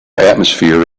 atmosphere